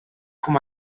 com